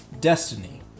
Destiny